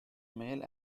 male